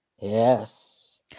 Yes